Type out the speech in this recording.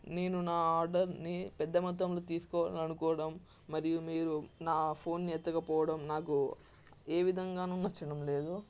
నేను నా ఆర్డర్ని పెద్ద మొత్తంలో తీసుకోవాలనుకోవడం మరియు మీరు నా ఫోన్ ఎత్తకపోవడం నాకు ఏ విధంగానూ నచ్చడం లేదు